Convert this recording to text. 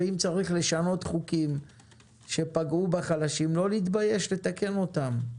ואם צריך לשנות חוקים שפגעו החלשים לא להתבייש לתקן אותם,